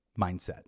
mindset